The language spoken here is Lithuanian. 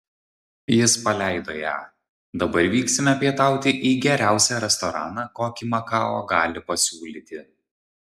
jis paleido ją dabar vyksime pietauti į geriausią restoraną kokį makao gali pasiūlyti